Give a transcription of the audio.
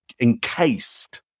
encased